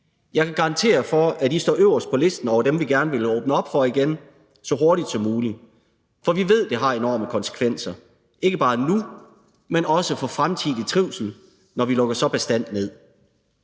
Jeg kan garantere for, at de står øverst på listen over dem, vi gerne vil åbne op for igen så hurtigt som muligt, for vi ved, at det har enorme konsekvenser, ikke bare nu, men også for deres fremtidige trivsel, når vi lukker så bastant ned.